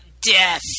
death